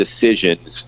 decisions